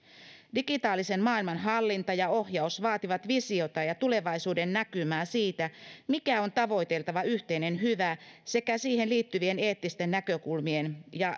digitaalisen maailman hallinta ja ohjaus vaativat visiota ja tulevaisuudennäkymää siitä mikä on tavoiteltava yhteinen hyvä sekä siihen liittyvien eettisten näkökulmien ja